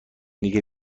دیگه